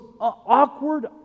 awkward